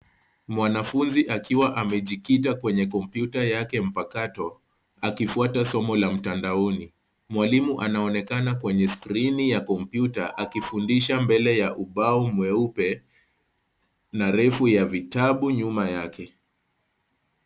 Mwanafunzi akiwa amejikita kwenye kompyuta yake mpakato, akifuata somo la mtandaoni. Mwalimu anaonekana kwenye skrini ya kompyuta akifundisha mbele ya ubao mweupe, na rafu ya vitabu nyuma yake.